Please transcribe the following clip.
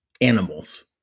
animals